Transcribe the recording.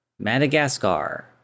Madagascar